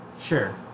Sure